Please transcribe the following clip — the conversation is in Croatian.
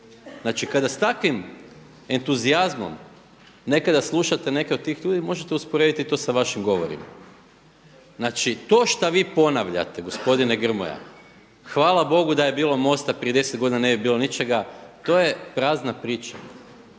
Znači, kada s takvim entuzijazmom nekada slušate neke od tih ljudi možete usporediti to sa vašim govorima. Znači, to šta vi ponavljate gospodine Grmoja hvala Bogu da je bilo MOST-a prije 10 godina ne bi bilo ničega. To je prazna priča,